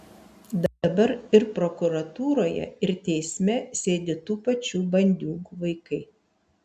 dabar ir prokuratūroje ir teisme sėdi tų pačių bandiūgų vaikai